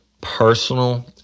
personal